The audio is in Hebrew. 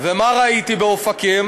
ומה ראיתי באופקים?